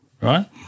right